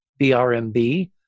BRMB